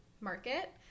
market